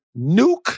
Nuke